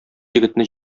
егетне